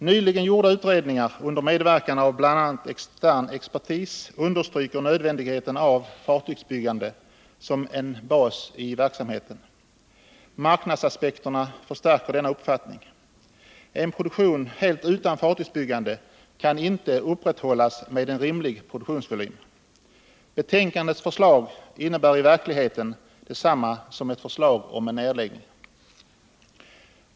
Nyligen gjorda utredningar under medverkan av bl.a. extern expertis understryker nödvändigheten av fartygsbyggande som bas i verksamheten. Marknadsaspekterna förstärker denna uppfattning. En produktion helt utan fartygsbyggande kan inte upprätthållas med en rimlig produktionsvolym. Betänkandets förslag innebär i verkligheten detsamma som ett förslag om nedläggning.